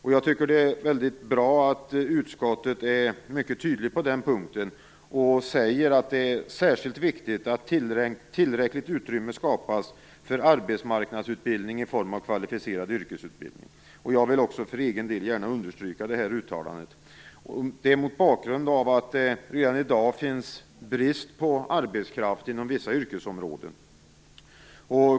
Jag tycker att det är väldigt bra att utskottet är tydligt på den punkten och säger att det är särskilt viktigt att tillräckligt utrymme skapas för arbetsmarknadsutbildning i form av kvalificerad yrkesutbildning. Jag vill också för egen del gärna understryka detta uttalande. Det vill jag göra mot bakgrund av att det redan i dag finns en brist på arbetskraft inom vissa yrkesområden.